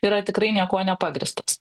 yra tikrai niekuo nepagrįstas